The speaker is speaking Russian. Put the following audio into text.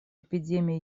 эпидемии